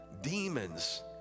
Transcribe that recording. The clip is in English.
Demons